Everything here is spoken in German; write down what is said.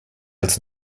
als